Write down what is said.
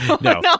No